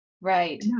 Right